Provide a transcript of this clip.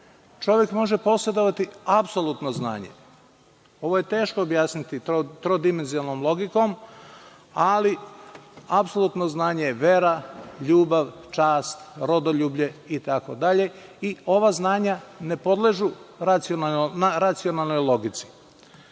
čovek može posedovati apsolutno znanje. Ovo je teško objasniti trodimenzionalnom logikom, ali apsolutno znanje je vera, ljubav, čast, rodoljublje, itd. i ova znanja ne podležu racionalnoj logici. Ovakvoj